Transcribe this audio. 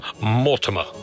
Mortimer